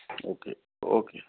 okay okay